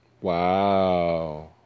Wow